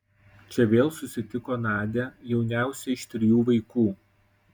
čia vėl susitiko nadią jauniausią iš trijų vaikų